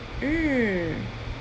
mm